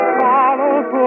follows